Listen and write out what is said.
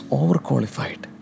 overqualified